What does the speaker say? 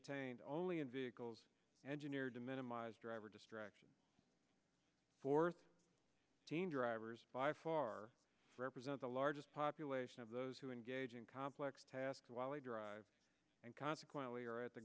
attained only in vehicles engineered to minimize driver distraction fourth teen drivers by far represent the largest population of those who engage in complex tasks while we drive and consequently are at the